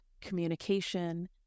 communication